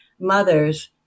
mother's